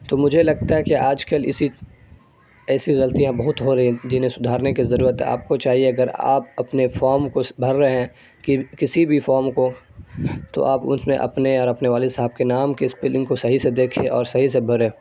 تو مجھے لگتا ہے کہ آج کل اسی ایسی غلطیاں بہت ہو رہی ہیں جنہیں سدھارنے کی ضرورت ہے آپ کو چاہیے اگر آپ اپنے فام کو بھر رہے ہیں کی کسی بھی فام کو تو آپ اس میں اپنے اور اپنے والد صاحب کے نام کے اسپیلنگ کو صحیح سے دیکھیے اور صحیح سے بھریں